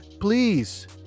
please